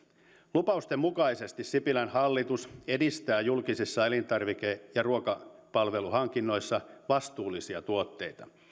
lupausten mukaisesti sipilän hallitus edistää julkisissa elintarvike ja ruokapalveluhankinnoissa vastuullisia tuotteita